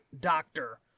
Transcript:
doctor